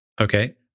okay